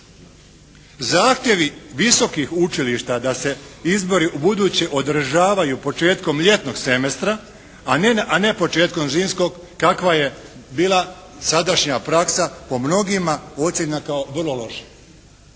Zahtjevi visokih učilišta da se izbori u buduće održavaju početkom ljetnog semestra a ne početkom zimskog kakva je bila sadašnja praksa po mnogima ocijenjena kao vrlo loša.